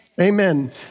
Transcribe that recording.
Amen